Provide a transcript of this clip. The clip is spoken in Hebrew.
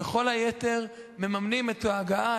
וכל היתר מממנים את ההגעה,